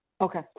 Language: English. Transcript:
Okay